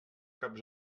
cap